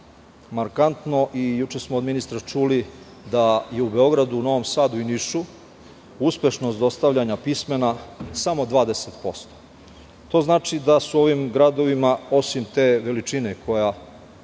markantno i juče smo od ministra čuli da i u Beogradu, i Novom Sadu i Nišu, uspešnost dostavljanja pismena samo 20%.To znači da su u ovim gradovima, osim te veličine koja